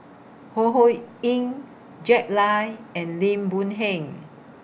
Ho Ho Ying Jack Lai and Lim Boon Heng